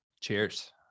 Cheers